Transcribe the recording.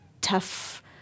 tough